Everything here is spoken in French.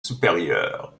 supérieur